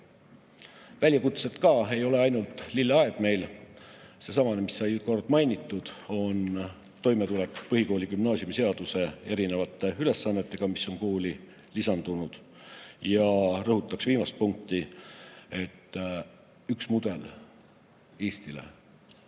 Väljakutsed on ka, ei ole meil ainult lilleaed. Seesama, mida sai korra mainitud: toimetulek põhikooli- ja gümnaasiumiseaduse erinevate ülesannetega, mis on kooli lisandunud. Ja rõhutaks viimast punkti, et üks mudel Eestile